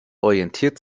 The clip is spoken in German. orientiert